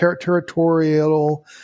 territorial –